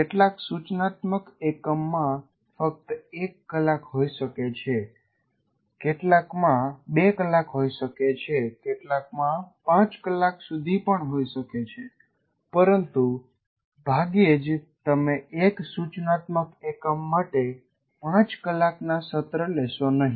કેટલાક સૂચનાત્મક એકમમાં ફક્ત 1 કલાક હોઈ શકે છે કેટલાકમાં 2 કલાક હોઈ શકે છે કેટલાકમાં 5 કલાક સુધી પણ હોઈ શકે છે પરંતુ ભાગ્યે જ તમે એક સૂચનાત્મક એકમ માટે 5 કલાકના સત્ર લેશો નહિ